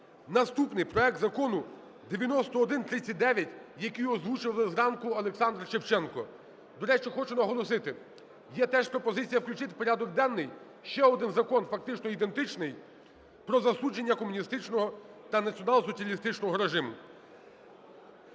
Наступний: проект Закону 9139, який озвучував зранку Олександр Шевченко. До речі, хочу наголосити, є теж пропозиція включити в порядок денний ще один закон, фактично ідентичний: про засудження комуністичного та націонал-соціалістичного режиму.